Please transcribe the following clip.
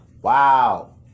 wow